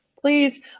please